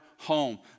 home